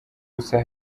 gusa